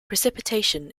precipitation